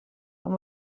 amb